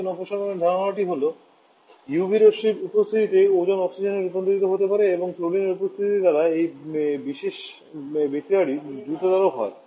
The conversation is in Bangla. ওজোন অপসারণের ধারণাটি হল UV রশ্মির উপস্থিতিতে ওজোন অক্সিজেনে রূপান্তরিত হতে পারে এবং ক্লোরিনের উপস্থিতি দ্বারা এই বিশেষ বিক্রিয়াটি দ্রুততর হয়